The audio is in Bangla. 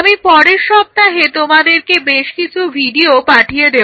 আমি পরের সপ্তাহে তোমাদেরকে বেশকিছু ভিডিও পাঠিয়ে দেব